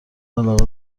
علاقه